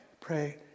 pray